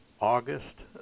August